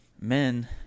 Men